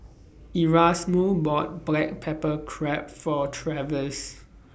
Erasmo bought Black Pepper Crab For Travis